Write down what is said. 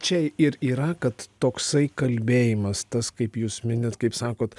čia ir yra kad toksai kalbėjimas tas kaip jūs minit kaip sakot